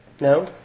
No